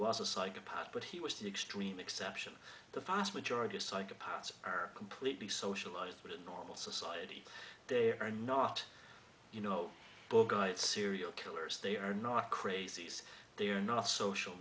was a psychopath but he was the extreme exception the vast majority of psychopaths are completely socialized but in normal society they are not you know serial killers they are not crazies they are not social